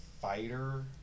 fighter